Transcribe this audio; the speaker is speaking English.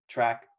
Track